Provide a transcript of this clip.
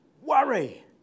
worry